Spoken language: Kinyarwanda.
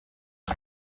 mwe